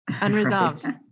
Unresolved